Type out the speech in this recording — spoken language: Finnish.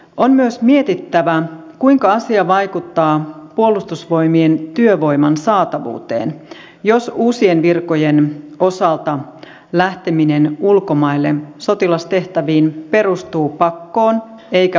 on myös mietittävä kuinka asia vaikuttaa puolustusvoimien työvoiman saatavuuteen jos uusien virkojen osalta lähteminen ulkomaille sotilastehtäviin perustuu pakkoon eikä vapaaehtoisuuteen